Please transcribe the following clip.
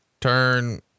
turn